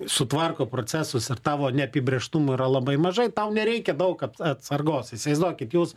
sutvarko procesus ir tavo neapibrėžtumų yra labai mažai tau nereikia daug atsargos įsivaizduokit jūs